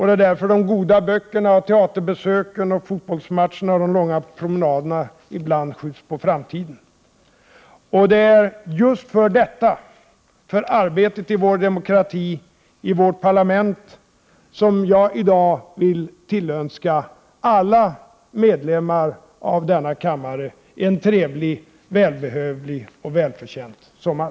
Det är därför som de goda böckerna, teaterbesöken, fotbollsmatcherna och de långa promenaderna ibland skjuts på framtiden. Det är just för arbetet i vår demokrati, i vårt parlament som jag i dag vill tillönska alla medlemmar av denna kammare en trevlig, välbehövlig och välförtjänt sommar.